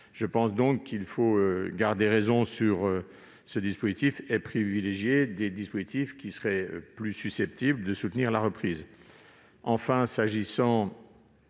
de cette année. Il faut raison garder sur ce dispositif, et privilégier des dispositifs qui seraient plus susceptibles de soutenir la reprise.